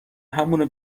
همونو